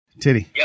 Titty